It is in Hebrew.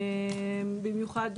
במיוחד,